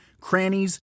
crannies